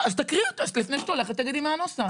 אז תקריאי אותו, לפני שאת הולכת תגידי מה הנוסח.